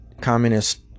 communist